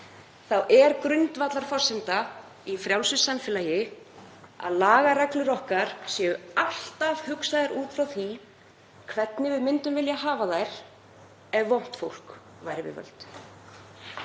þá er grundvallarforsenda í frjálsu samfélagi að lagareglur okkar séu alltaf hugsaðar út frá því hvernig við myndum vilja hafa þær ef vont fólk væri við völd.